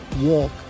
walk